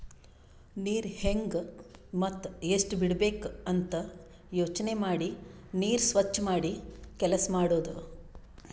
ನೀರ್ ಹೆಂಗ್ ಮತ್ತ್ ಎಷ್ಟ್ ಬಿಡಬೇಕ್ ಅಂತ ಯೋಚನೆ ಮಾಡಿ ನೀರ್ ಸ್ವಚ್ ಮಾಡಿ ಕೆಲಸ್ ಮಾಡದು